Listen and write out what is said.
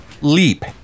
LEAP